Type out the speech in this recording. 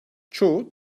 çoğu